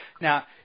Now